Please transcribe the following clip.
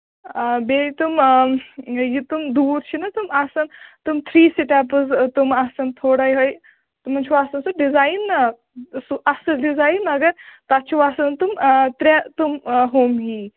بیٚیہِ تم یہِ تِم دوٗر چھِنَہ تِم آسن تِم تھری سِٹٮ۪پٕس تِم آسن تھوڑا یِہٕے تِمن چھُو آسن تۄہہِ ڈِزاین سُہ اَصٕل ڈِزاین مگر تَتھ چھُو آسان تِم ترٛےٚ تٕم ہُم ہی